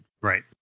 Right